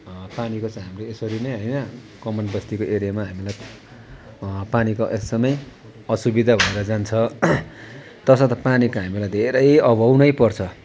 पानीको चाहिँ हामीले यसरी नै होइन कमानबस्तीको एरियामा हामीलाई पानीको यसैमै असुविधा भएर जान्छ तसर्थ पानीको हामीलाई धेरै अभाव नै पर्छ